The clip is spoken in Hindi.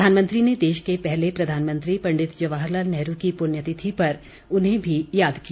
प्रधानमंत्री ने देश के पहले प्रधानमंत्री पंडित जवाहर लाल नेहरू की पुण्यतिथि पर उन्हें भी याद किया